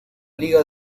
liga